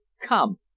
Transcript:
Come